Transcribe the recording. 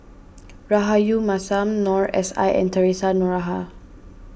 Rahayu Mahzam Noor S I and theresa Noronha